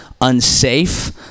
unsafe